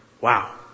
wow